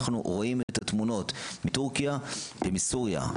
אנחנו רואים את התמונות מטורקיה ומסוריה.